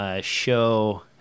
show